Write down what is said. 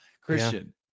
Christian